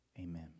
Amen